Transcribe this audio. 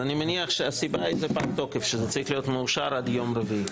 אני מניח שהסיבה שזה פג תוקף וצריך להיות מאושר עד יום רביעי.